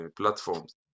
platforms